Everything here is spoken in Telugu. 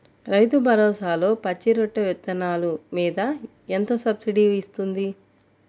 రైతు భరోసాలో పచ్చి రొట్టె విత్తనాలు మీద ఎంత సబ్సిడీ ఇస్తుంది?